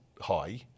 high